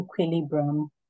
Equilibrium